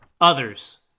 others